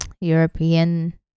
European